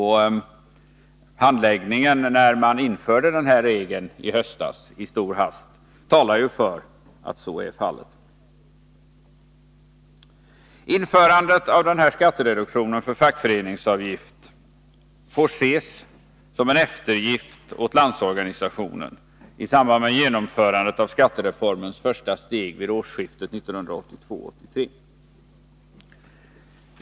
Handläggningen när man i stor hast införde denna regel i höstas talar för att så är fallet. Införandet av skattereduktion för fackföreningsavgift får ses som en eftergift åt Landsorganisationen i samband med genomförandet av skattereformens första steg vid årsskiftet 1982-1983.